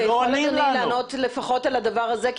אתה יכול לענות לפחות על הדבר הזה,